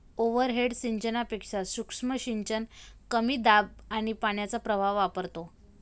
overhead सिंचनापेक्षा सूक्ष्म सिंचन कमी दाब आणि पाण्याचा प्रवाह वापरतो